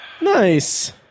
Nice